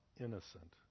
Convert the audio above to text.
innocent